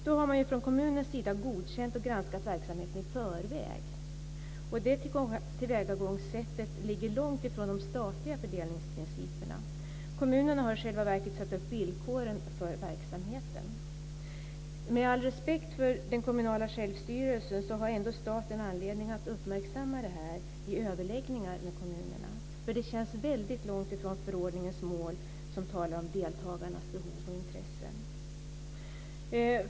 Då har man från kommunens sida godkänt och granskat verksamheten i förväg, och det tillvägagångssättet ligger långt ifrån de statliga fördelningsprinciperna. Kommunerna har i själva verket satt upp villkoren för verksamheten. Med all respekt för den kommunala självstyrelsen menar jag ändå att staten har anledning att uppmärksamma det här vid överläggningar med kommunerna. Det känns väldigt långt ifrån förordningens mål, där det talas om "deltagarnas behov och intressen".